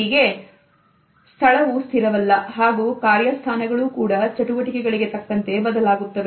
ಹೀಗೆ ಕಳವು ಸ್ಥಿರವಲ್ಲ ಹಾಗೂ ಕಾರ್ಯ ಸ್ಥಾನಗಳು ಕೂಡ ಚಟುವಟಿಕೆಗಳಿಗೆ ತಕ್ಕಂತೆ ಬದಲಾಗುತ್ತವೆ